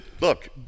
look